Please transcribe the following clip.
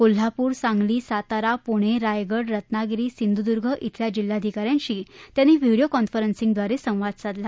कोल्हापूर सांगली सातारा पुणे रायगड रत्नागिरी सिंधुदूर्ण धिल्या जिल्हाधिका यांशी त्यांनी व्हिडीओ कॉन्फरन्सिंगद्वारे संवाद साधला